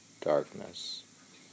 darkness